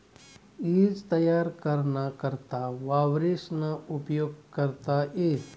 ईज तयार कराना करता वावरेसना उपेग करता येस